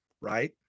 right